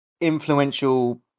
influential